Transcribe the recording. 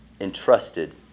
entrusted